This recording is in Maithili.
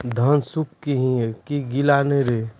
धान सुख ही है की गीला नहीं रहे?